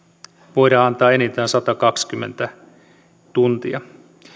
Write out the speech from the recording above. voidaan antaa enintään satakaksikymmentä tuntia